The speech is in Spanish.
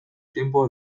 tiempo